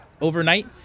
overnight